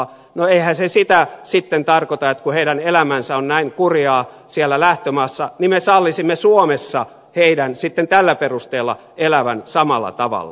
no eihän se sitä sitten tarkoita että kun heidän elämänsä on näin kurjaa siellä lähtömaassa niin me sallisimme suomessa heidän sitten tällä perusteella elävän samalla tavalla